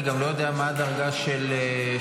אני גם לא יודע מה הדרגה של שליט.